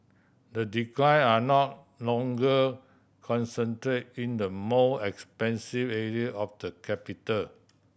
the decline are no longer concentrate in the more expensive area of the capital